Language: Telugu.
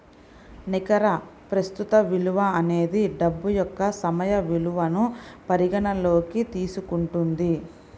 నికర ప్రస్తుత విలువ అనేది డబ్బు యొక్క సమయ విలువను పరిగణనలోకి తీసుకుంటుంది